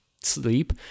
sleep